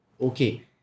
okay